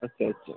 আচ্ছা আচ্ছা